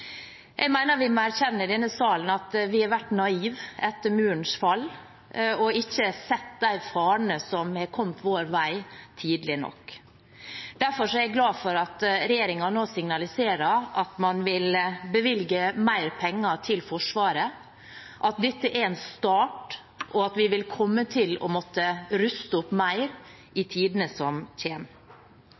Jeg mener vi må erkjenne i denne salen at vi har vært naive etter murens fall, og at vi ikke har sett de farene som har kommet vår vei, tidlig nok. Derfor er jeg glad for at regjeringen nå signaliserer at man vil bevilge mer penger til Forsvaret, at dette er en start, og at vi vil komme til å måtte ruste opp mer i tiden som